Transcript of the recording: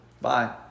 bye